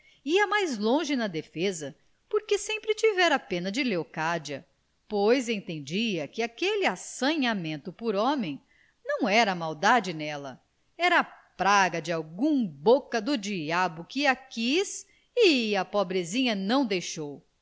ia mais longe na defesa porque sempre tivera pena de leocádia pois entendia que aquele assanhamento por homem não era maldade dela era praga de algum boca do diabo que a quis e a pobrezinha não deixou